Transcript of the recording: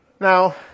Now